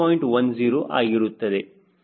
10 ಆಗಿರುತ್ತದೆ